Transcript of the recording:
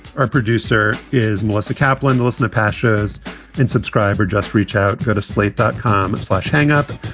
our producer is melissa kaplan. listen to pashas and subscribe or just reach out to slate dot com, slash hang-up.